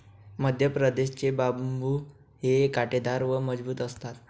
मध्यप्रदेश चे बांबु हे काटेदार व मजबूत असतात